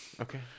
Okay